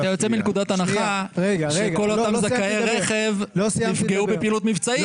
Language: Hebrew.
אתה יוצא מנקודת הנחה שכל אותם זכאי רכב נפגעו בפעילות מבצעית.